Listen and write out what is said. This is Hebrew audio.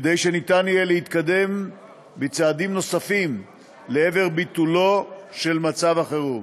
כדי שניתן יהיה להתקדם בצעדים נוספים לעבר ביטולו של מצב החירום.